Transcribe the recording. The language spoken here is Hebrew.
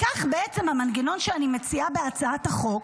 בכך, המנגנון שאני מציעה בהצעת החוק